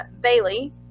Bailey